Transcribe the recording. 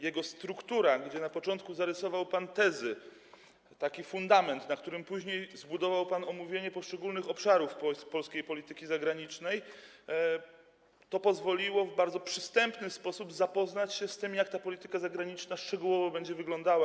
Jego struktura - na początku zarysował pan tezy, taki fundament, na którym później zbudował pan omówienie poszczególnych obszarów polskiej polityki zagranicznej - pozwoliła w bardzo przystępny sposób zapoznać się z tym, jak ta polityka zagraniczna szczegółowo będzie wyglądała.